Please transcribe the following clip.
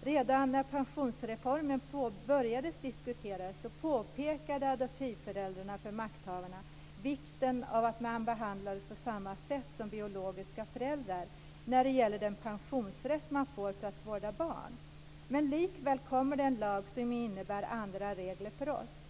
Jag citerar ur artikeln: "Redan när pensionsreformen började diskuteras påpekade adoptivföräldrarna för makthavarna vikten av att man behandlades på samma sätt som biologiska föräldrar när det gäller den pensionsrätt man får för att vårda barn. Men likväl kommer det en lag som innebär andra regler för oss.